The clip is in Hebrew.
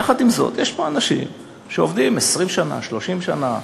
יחד עם זאת, יש פה אנשים שעובדים 20 שנה, 30 שנה,